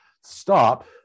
stop